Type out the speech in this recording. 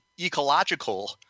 ecological